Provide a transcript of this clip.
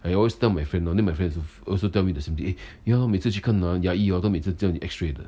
I always tell my friend lor then my friend also tell me the sme thing eh ya hor 每次去看牙医每次都叫你去 x-ray 的